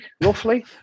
roughly